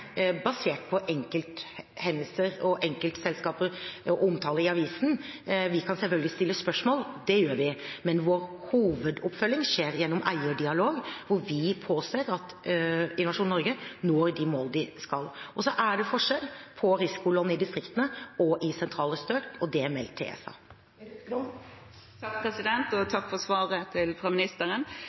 basert på enkelthendelser, enkeltselskaper og omtale i avisen. Vi kan selvfølgelig stille spørsmål, det gjør vi, men vår hovedoppfølging skjer gjennom eierdialog hvor vi påser at Innovasjon Norge når de målene de skal. Det er forskjell på risikolån i distriktene og i sentrale strøk. Og det er meldt til ESA. Takk for svaret fra ministeren.